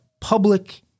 public